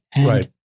Right